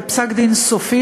בפסק-דין סופי,